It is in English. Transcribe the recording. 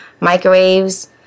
microwaves